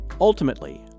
Ultimately